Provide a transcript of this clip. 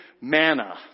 manna